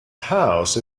house